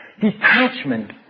Detachment